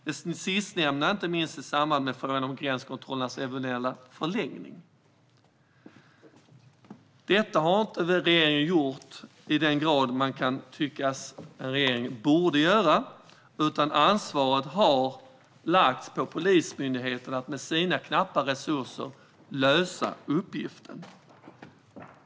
Det sistnämnda gällde inte minst i samband med frågan om gränskontrollernas eventuella förlängning. Detta gjorde inte regeringen i den grad man borde, utan ansvaret lades på Polismyndigheten att med sina knappa resurser lösa uppgiften.